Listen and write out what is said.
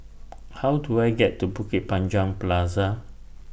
How Do I get to Bukit Panjang Plaza